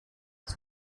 his